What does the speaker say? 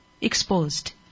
exposed